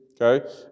okay